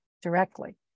directly